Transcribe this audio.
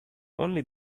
only